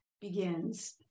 begins